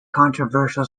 controversial